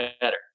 better